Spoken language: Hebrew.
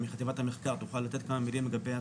מחטיבת המחקר תוכל לתת כמה מילים לגבי התוכניות,